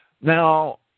Now